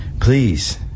Please